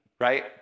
right